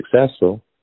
successful